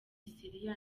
syria